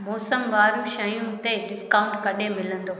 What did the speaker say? मौसमवारु शयूंनि ते डिस्काउंट कॾहिं मिलंदो